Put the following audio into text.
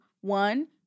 one